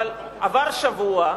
הביצוע היה ביצוע, אבל עבר שבוע,